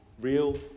real